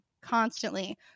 constantly